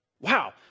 Wow